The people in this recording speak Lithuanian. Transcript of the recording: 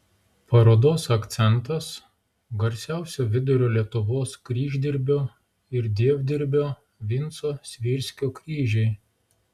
parodos akcentas garsiausio vidurio lietuvos kryždirbio ir dievdirbio vinco svirskio kryžiai